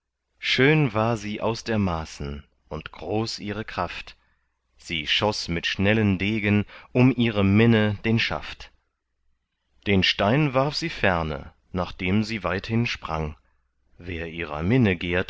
schön war sie aus der maßen und groß ihre kraft sie schoß mit schnellen degen um ihre minne den schaft den stein warf sie ferne nach dem sie weithin sprang wer ihrer